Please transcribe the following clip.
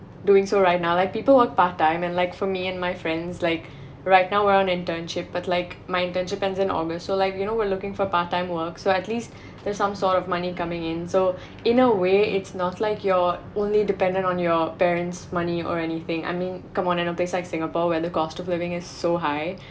doing so right now like people work part time and like for me and my friends like right now we're on internship but like my internship ends in august so like you know we're looking for part time work so at least there's some sort of money coming in so in a way it's not like you're only dependent on your parents' money or anything I mean come on and a place like singapore where the cost of living is so high